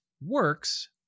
works